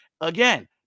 Again